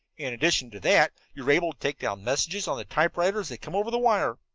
in addition to that, you are able to take down messages on the typewriter as they come over the wire.